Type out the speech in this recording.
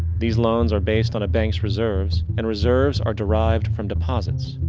these loans are based on a banks reserves, and reserves are derived from deposits.